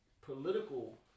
political